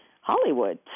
Hollywood